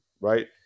right